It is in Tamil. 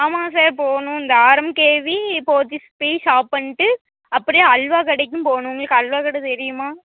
ஆமாங்க சார் போகணும் இந்த ஆர்எம்கேவி போத்தீஸ் போய் ஷாப் பண்ணிட்டு அப்படியே அல்வா கடைக்கும் போகணும் உங்களுக்கு அல்வா கடை தெரியுமா